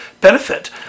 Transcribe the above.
benefit